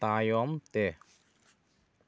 ᱛᱟᱭᱚᱢ ᱛᱮ